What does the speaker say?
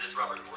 robert